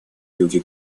юге